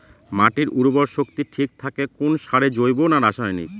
মাটির উর্বর শক্তি ঠিক থাকে কোন সারে জৈব না রাসায়নিক?